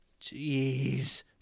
Jeez